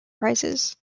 prizes